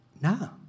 No